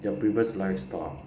their previous lifestyle